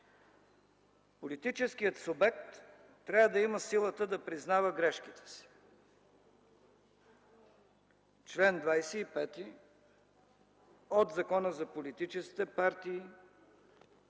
политическият субект трябва да има силата да признава грешките си. Член 25 от Закона за политическите партии